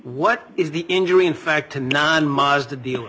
what is the injury in fact to nine mazda deal